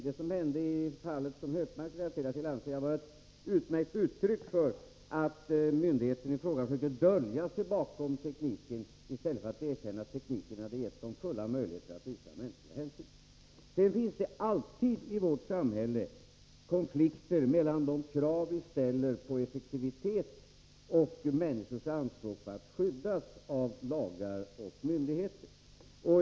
Det som hände i det fall Gunnar Hökmark relaterade anser jag vara ett utmärkt uttryck för att myndigheten i fråga sökte dölja sig bakom tekniken i stället för att erkänna att tekniken hade gett den fulla möjligheter att visa mänskliga hänsyn. Sedan vill jag säga att det i vårt samhälle alltid finns konflikter mellan de krav vi ställer på effektivitet och människors anspråk på att skyddas av lagar och myndigheter.